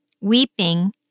weeping